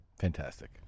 Fantastic